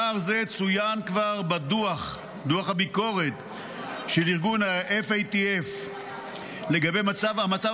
פער זה צוין כבר בדוח הביקורת של ארגון FATF לגבי המצב